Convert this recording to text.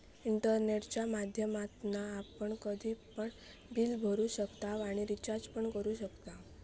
इंटरनेटच्या माध्यमातना आपण कधी पण बिल भरू शकताव आणि रिचार्ज पण करू शकताव